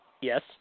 Yes